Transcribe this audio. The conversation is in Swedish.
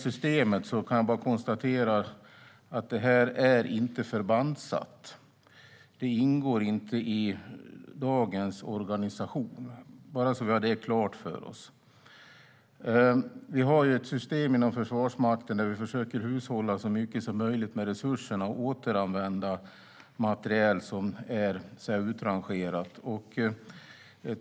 Jag kan bara konstatera att detta system inte är förbandssatt. Det ingår inte i dagens organisation - bara så att vi har det klart för oss. Vi har ett system inom Försvarsmakten där vi försöker hushålla så mycket som möjligt med resurserna och återanvända materiel som är utrangerad.